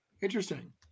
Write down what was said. Interesting